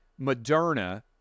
Moderna